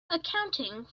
accounting